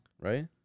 right